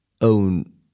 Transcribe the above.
own